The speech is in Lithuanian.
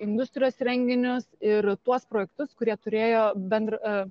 industrijos renginius ir tuos projektus kurie turėjo bendr a